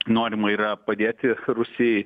norima yra padėti rusijai